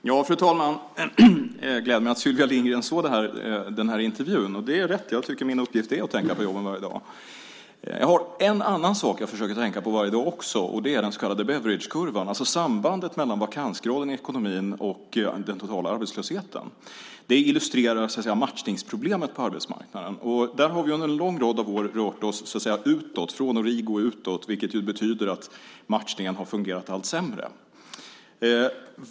Fru talman! Det gläder mig att Sylvia Lindgren såg intervjun i fråga. Det är rätt. Jag tycker att min uppgift är att varje dag tänka på jobben. En annan sak som jag också försöker tänka på varje dag är den så kallade Beveridgekurvan. Det gäller då sambandet mellan vakansgraden i ekonomin och den totala arbetslösheten. Det illustrerar så att säga matchningsproblemet på arbetsmarknaden. Där har vi under en lång rad år rört oss utåt - från origo och utåt - vilket betyder att matchningen har fungerat allt sämre.